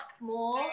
more